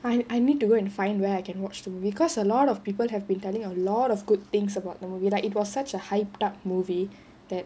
i~ I need to go and find where I can watch the movie because a lot of people have been telling a lot of good things about the movie like it was such a hyped up movie that